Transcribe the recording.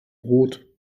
brot